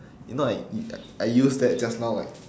you know I eat I use that just now like